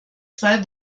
zwei